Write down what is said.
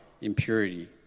impurity